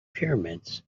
pyramids